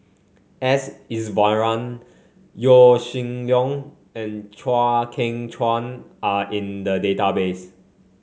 S Iswaran Yaw Shin Leong and Chew Kheng Chuan are in the database